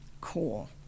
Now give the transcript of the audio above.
Cool